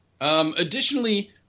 Additionally